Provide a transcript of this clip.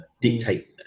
dictate